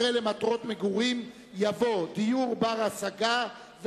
אחרי 'למטרות מגורים' יבוא 'דיור בר-השגה,